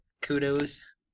kudos